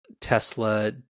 Tesla